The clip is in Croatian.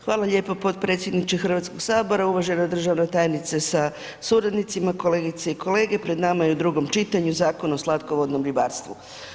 Hvala lijepo potpredsjedniče Hrvatskog sabora, uvažena državna tajnice sa suradnicima, kolegice i kolege, pred nama je u drugom čitanju Zakon o slatkovodnom ribarstvu.